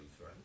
right